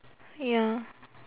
ya